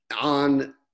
On